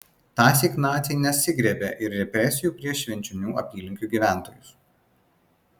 tąsyk naciai nesigriebė ir represijų prieš švenčionių apylinkių gyventojus